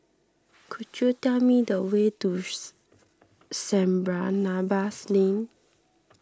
could you tell me the way to Saint Barnabas Lane